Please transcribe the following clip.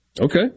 Okay